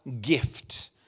gift